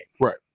Right